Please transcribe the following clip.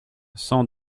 cent